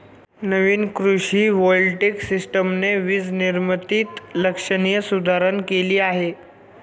नवीन कृषी व्होल्टेइक सिस्टमने वीज निर्मितीत लक्षणीय सुधारणा केली आहे